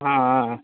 ஆ ஆ ஆ